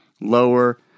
lower